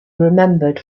remembered